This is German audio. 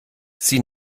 sie